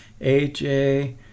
AJ